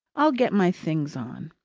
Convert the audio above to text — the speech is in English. i'll get my things on.